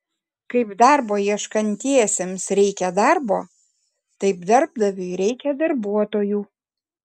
kaip darbo ieškantiesiems reikia darbo taip darbdaviui reikia darbuotojų